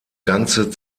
ganze